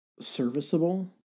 serviceable